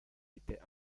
était